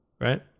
right